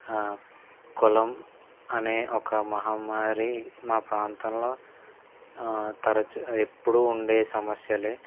కులం అనే ఒక మహమ్మారి మా ప్రాంతంలో తరచు ఎప్పుడు ఉండే సమస్యలు